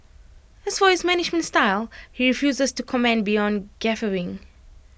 as for his management style he refuses to comment beyond guffawing